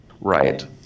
Right